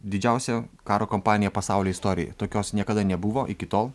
didžiausia karo kampanija pasaulio istorijoj tokios niekada nebuvo iki tol